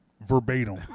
verbatim